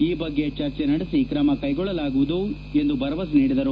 ಈ ಬಗ್ಗೆ ಚರ್ಚೆ ನಡೆಸಿ ಕ್ರಮ ಕೈಗೊಳ್ಳಲಾಗುವುದು ಎಂದು ಭರವಸೆ ನೀಡಿದರು